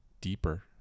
deeper